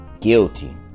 Guilty